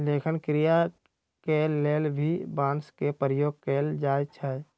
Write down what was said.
लेखन क्रिया के लेल भी बांस के प्रयोग कैल जाई छई